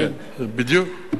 בדיוק.